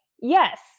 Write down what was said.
yes